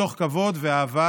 מתוך כבוד ואהבה